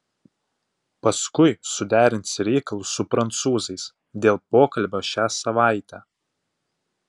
paskui suderinsi reikalus su prancūzais dėl pokalbio šią savaitę